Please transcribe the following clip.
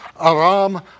Aram